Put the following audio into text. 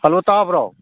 hello ꯇꯥꯕ꯭ꯔꯣ